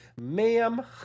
ma'am